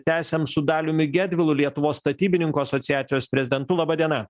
tęsiam su daliumi gedvilu lietuvos statybininkų asociacijos prezidentu laba diena